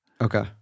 Okay